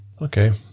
Okay